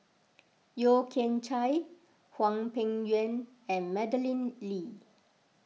Yeo Kian Chai Hwang Peng Yuan and Madeleine Lee